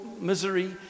misery